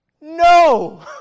No